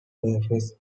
surfaces